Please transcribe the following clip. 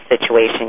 situation